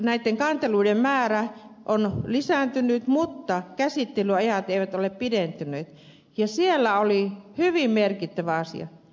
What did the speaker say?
näitten kanteluiden määrä on lisääntynyt mutta käsittelyajat eivät ole pidentyneet ja se oli hyvin merkittävä asia